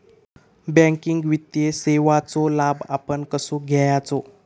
Banking वित्तीय सेवाचो लाभ आपण कसो घेयाचो?